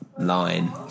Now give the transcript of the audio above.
line